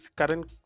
current